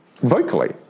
vocally